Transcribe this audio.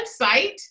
website